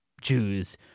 Jews